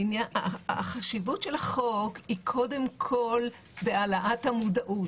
החשיבות של החוק היא, קודם כול, בהעלאת המודעות.